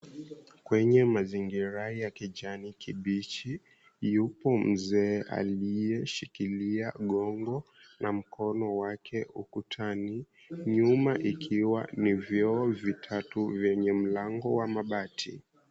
Kwenye mazingira ya kijani kibichi yupo mzee aliyeshikilia gongo na mkono wake ukutani nyuma ikiwa vyoo vitatu vyenye mlango wa mabati.